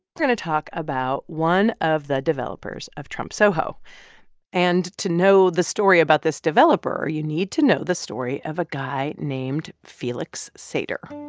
going to tell about one of the developers of trump soho and to know the story about this developer, you need to know the story of a guy named felix sater